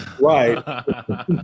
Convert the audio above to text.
Right